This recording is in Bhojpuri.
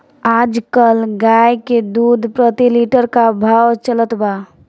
आज कल गाय के दूध प्रति लीटर का भाव चलत बा?